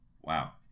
Wow